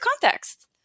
context